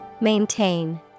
Maintain